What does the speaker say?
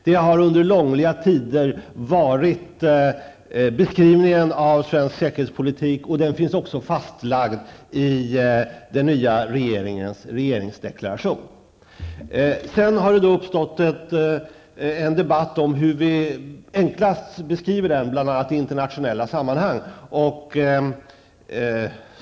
Detta har under långliga tider varit beskrivningen av den svenska säkerhetspolitiken och det finns också fastlagt i den nuvarande regeringens regeringsförklaring. Det har nu uppstått en debatt om hur vi enklast beskriver den bl.a. i internationella sammanhang.